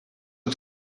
lat